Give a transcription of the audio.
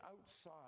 outside